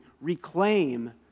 reclaim